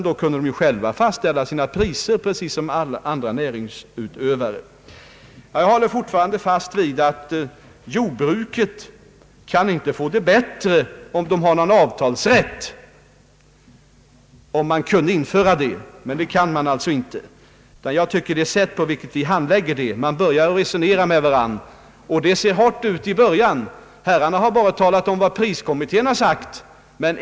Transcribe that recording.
Då kunde jordbrukarna själva fastställa sina priser precis som andra näringsutövare. Jag håller fast vid att jordbruket inte kan få det bättre om jordbrukarna finge avtalsrätt om man nu kunde in föra en sådan, Det kan man alltså inte, och jag tycker att det sätt på vilket dessa frågor handläggs är tillfredsställande. Det är sant att det sägs hårda ord i början, men herrarna har bara talat om vad priskommittén har sagt.